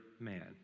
man